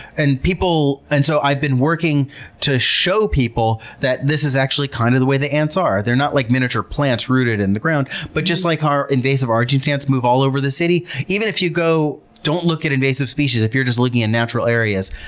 and and so i've been working to show people that this is actually kind of the way the ants are. they're not like miniature plants rooted in the ground, but just like our invasive argentine ants move all over the city. even if you don't look at invasive species, if you're just looking at natural areas,